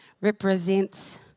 represents